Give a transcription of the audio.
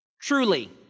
truly